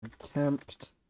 attempt